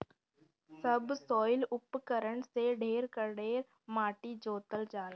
subsoil उपकरण से ढेर कड़ेर माटी जोतल जाला